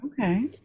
Okay